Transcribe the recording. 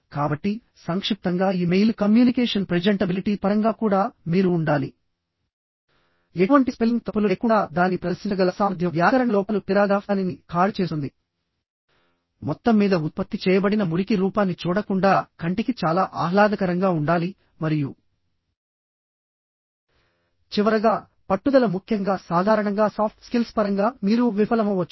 కాబట్టి సంక్షిప్తంగా email communication presentability పరంగా కూడా మీరు ఉండాలి ఎటువంటి స్పెల్లింగ్ తప్పులు లేకుండా దానిని ప్రదర్శించగల సామర్థ్యం వ్యాకరణ లోపాలు పేరాగ్రాఫ్ దానిని ఖాళీ చేస్తుంది మొత్తం మీద ఉత్పత్తి చేయబడిన మురికి రూపాన్ని చూడకుండా కంటికి చాలా ఆహ్లాదకరంగా ఉండాలి మరియు చివరగా పట్టుదల ముఖ్యంగా సాధారణంగా సాఫ్ట్ స్కిల్స్ పరంగా మీరు విఫలమవవచ్చు